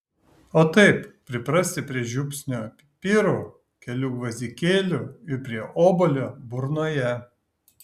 o taip priprasti prie žiupsnio pipirų kelių gvazdikėlių ir prie obuolio burnoje